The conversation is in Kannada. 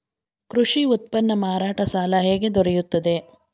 ಕೃಷಿ ಉತ್ಪನ್ನ ಮಾರಾಟ ಸಾಲ ಹೇಗೆ ದೊರೆಯುತ್ತದೆ?